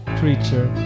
creature